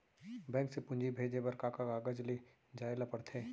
Bank से पूंजी भेजे बर का का कागज ले जाये ल पड़थे?